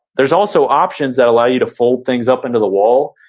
there's also options that allow you to fold things up into the wall.